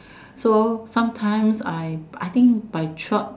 so sometimes I I think by twelve